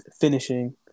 finishing